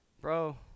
Bro